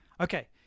Okay